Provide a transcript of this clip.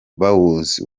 bawuzi